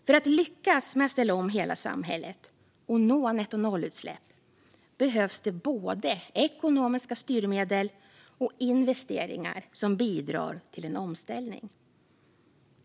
För att lyckas med att ställa om hela samhället och nå nettonollutsläpp behövs både ekonomiska styrmedel och investeringar som bidrar till en omställning.